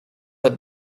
had